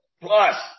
plus